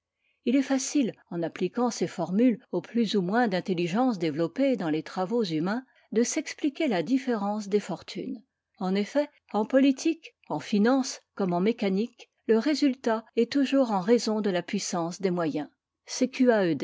il est facile en appliquant ces formules au plus ou moins d'intelligence développé dans les travaux humains de s'expliquer la différence des fortunes en eft'et en politique en finances comme en mécanique le résultat est toujours en raison de la puissance des moyens c q